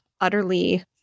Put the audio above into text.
utterly